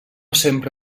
sempre